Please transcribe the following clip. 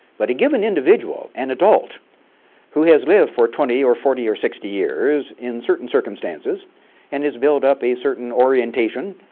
but a given individual, an adult who has lived for twenty or forty or sixty years in certain circumstances and has built up a certain orientation,